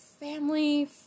Family